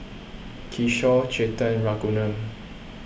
Kishore Chetan Raghuram